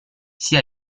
sia